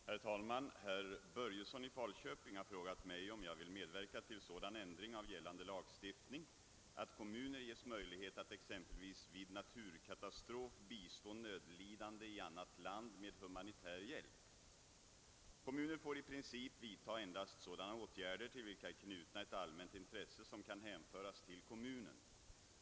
Herr talman! Herr Börjesson i Falköping har frågat mig om jag vill medverka till sådan ändring av gällande lagstiftning att kommuner ges möjlighet att exempelvis vid naturkatastrof bistå nödlidande i annat land med humanitär hjälp. Kommuner får i princip vidta endast sådana åtgärder till vilka är knutna ett allmänt intresse som kan hänföras till kommunen.